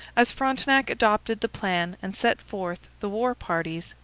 as frontenac adopted the plan and sent forth the war-parties,